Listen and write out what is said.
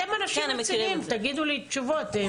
אתם אנשים רציניים, תגידו לי תשובות.